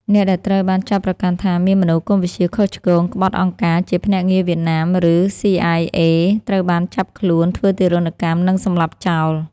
អ្នកដែលត្រូវបានចោទប្រកាន់ថា មានមនោគមវិជ្ជាខុសឆ្គង ក្បត់អង្គការ ជាភ្នាក់ងារវៀតណាម ឬ ស៊ីអាយអេ ត្រូវបានចាប់ខ្លួន ធ្វើទារុណកម្ម និងសម្លាប់ចោល។